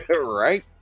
Right